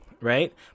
right